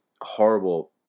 horrible